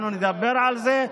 אנחנו נדבר על זה.